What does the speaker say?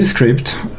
script